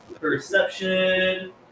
Perception